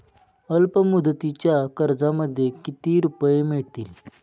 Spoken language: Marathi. अल्पमुदतीच्या कर्जामध्ये किती रुपये मिळतील?